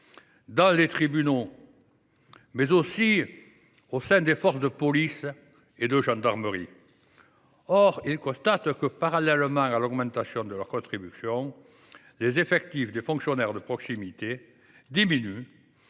pour les tribunaux, mais aussi au sein des forces de police et de gendarmerie. Or ils constatent que, parallèlement à l’augmentation de leurs contributions, les effectifs des fonctionnaires de proximité diminuent,